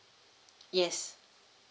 yes